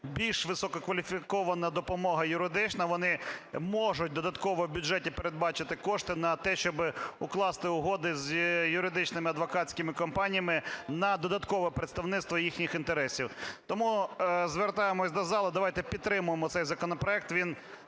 більш висококваліфікована допомога юридична, вони можуть додатково в бюджеті передбачити кошти на те, щоб укласти угоди з юридичними адвокатськими компаніями на додаткове представництво їхніх інтересів. Тому звертаємось до зали. Давайте підтримаємо цей законопроект.